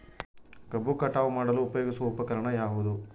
ಕಬ್ಬು ಕಟಾವು ಮಾಡಲು ಉಪಯೋಗಿಸುವ ಉಪಕರಣ ಯಾವುದು?